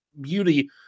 beauty